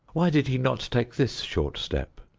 why did he not take this short step?